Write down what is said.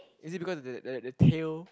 it is because the the the tail